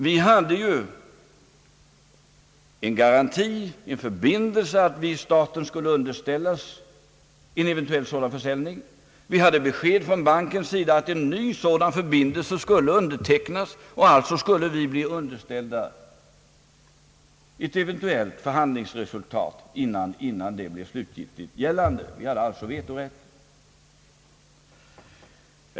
Vi hade en förbindelse att staten skulle underställas en eventuell sådan försäljning. Vi hade besked från bankens sida att en ny sådan förbindelse skulle undertecknas och att alltså ett eventuellt förhandlingsresultat skulle underställas oss innan det blev slutgiltigt gällande. Vi hade alltså vetorätt.